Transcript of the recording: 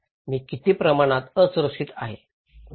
मी किती प्रमाणात असुरक्षित आहे